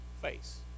face